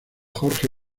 jorge